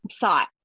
thought